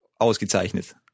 Ausgezeichnet